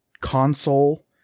console